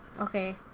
Okay